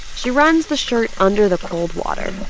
she runs the shirt under the cold water.